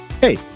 Hey